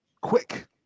quick